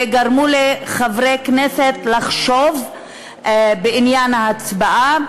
ושגרמו לחברי כנסת לחשוב בעניין ההצבעה,